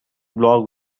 blog